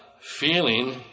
feeling